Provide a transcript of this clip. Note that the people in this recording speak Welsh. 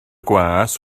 gwas